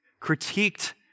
critiqued